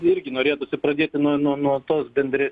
irgi norėtųsi pradėti nuo nuo nuo tos bendresnės